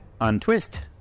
untwist